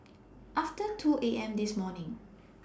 after two A M This morning